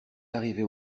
arrivait